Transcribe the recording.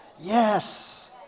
yes